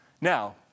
Now